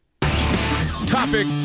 Topic